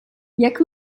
jak